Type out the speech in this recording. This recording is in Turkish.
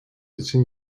için